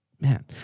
Man